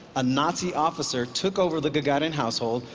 a nazi officer took over the gagarin household,